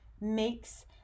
makes